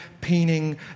painting